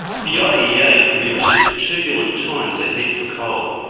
the iea predicted turbulent times ahead for coal.